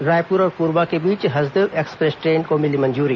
रायपुर और कोरबा के बीच हसदेव एक्सप्रेस ट्रेन को मिली मंजूरी